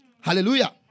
Hallelujah